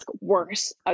worse